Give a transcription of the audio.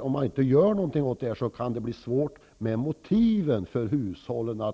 Om vi inte gör något åt detta kan det bli svårt med motiven för hushållen